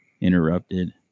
Interrupted